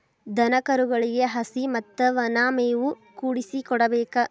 ದನಕರುಗಳಿಗೆ ಹಸಿ ಮತ್ತ ವನಾ ಮೇವು ಕೂಡಿಸಿ ಕೊಡಬೇಕ